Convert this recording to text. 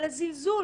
אבל הזלזול